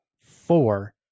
four